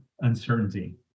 uncertainty